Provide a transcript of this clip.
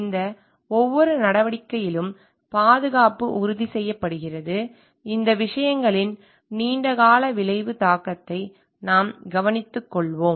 இந்த ஒவ்வொரு நடவடிக்கையிலும் பாதுகாப்பு உறுதி செய்யப்படுகிறது இந்த விஷயங்களின் நீண்டகால விளைவு தாக்கத்தை நாம் கவனித்துள்ளோம்